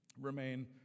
remain